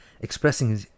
expressing